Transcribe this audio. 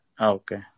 Okay